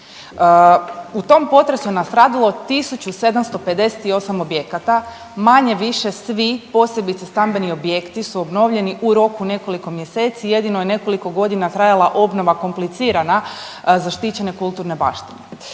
U tom potresu je nastradalo 1758 objekata, manje-više svi, posebice stambeni objekti su obnovljeni u roku nekoliko mjeseci, jedino je nekoliko godina trajala obnova komplicirana zaštićene kulturne baštine.